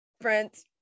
friends